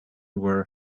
were